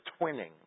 twinning